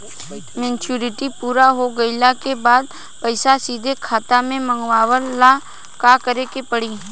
Maturity पूरा हो गइला के बाद पईसा सीधे खाता में मँगवाए ला का करे के पड़ी?